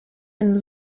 and